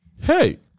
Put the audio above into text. Hey